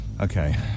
Okay